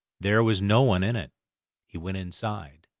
there was no one in it he went inside,